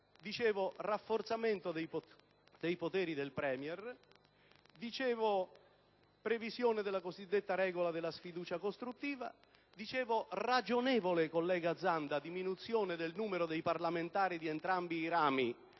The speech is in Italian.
dicevo, al rafforzamento dei poteri del Premier, alla previsione della cosiddetta regola della sfiducia costruttiva ed alla ragionevole, collega Zanda, diminuzione del numero dei parlamentari di entrambi i rami.